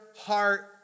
heart